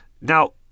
Now